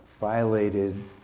violated